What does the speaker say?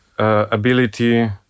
Ability